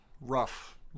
Rough